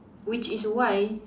which is why